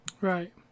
Right